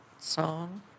song